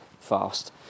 fast